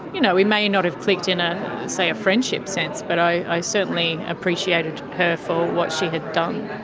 you know we may not have clicked in, ah say, a friendship sense but i certainly appreciated her for what she had done.